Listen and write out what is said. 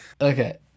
okay